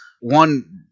One